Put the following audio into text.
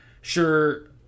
sure